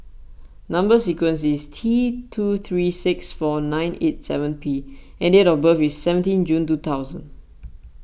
Number Sequence is T two three six four nine eight seven P and date of birth is seventeen June two thousand